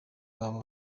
babo